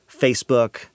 Facebook